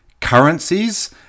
currencies